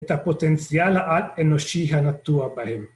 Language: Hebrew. את הפוטנציאל האל אנושי הנטוע בהם.